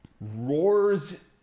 Roars